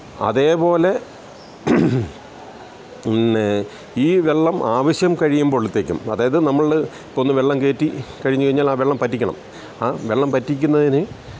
അതേപോലെ ഈ വെള്ളം ആവശ്യം കഴിയുമ്പോഴത്തേക്കും അതായത് നമ്മൾ ഇപ്പോളൊന്ന് വെള്ളം കയറ്റിക്കഴിഞ്ഞു കഴിഞ്ഞാൽ ആ വെള്ളം പറ്റിക്കണം ആ വെള്ളം പറ്റിക്കുന്നതിന്